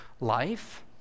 life